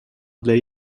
для